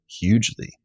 hugely